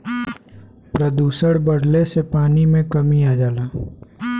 प्रदुषण बढ़ले से पानी में कमी आ जाला